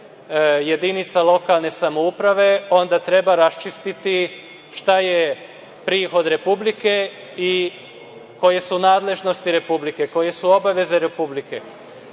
jedinica lokalne samouprave, onda treba raščistiti šta je prihod Republike i koje su nadležnosti Republike, koje su obaveze Republike,